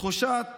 תחושת